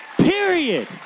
Period